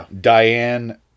Diane